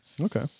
Okay